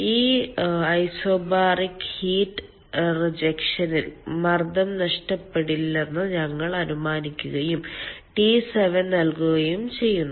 ഈ isobaric heat റിജക്ഷനിൽ മർദ്ദം നഷ്ടപ്പെടില്ലെന്ന് ഞങ്ങൾ അനുമാനിക്കുകയും T7 നൽകുകയും ചെയ്യുന്നു